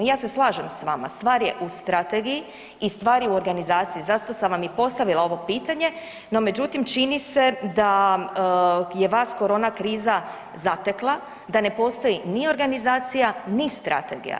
Ja se slažem s vama, stvar je u strategiji i stvar je u organizaciji i zato sam vam i postavila ovo pitanje, no međutim čini se da je vas korona kriza zatekla, da ne postoji ni organizacija, ni strategija.